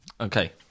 Okay